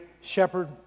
shepherd